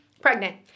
pregnant